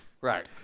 right